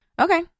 okay